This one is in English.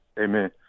Amen